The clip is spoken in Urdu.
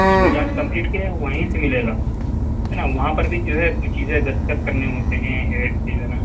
اسکول جہاں سے کمپلیٹ کی ہے وہیں سے ملے گا ہے نا وہاں پر بھی جو ہے کچھ چیزیں دستخط کرنے ہوتے ہیں ہیڈ سے جو ہے نا